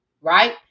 right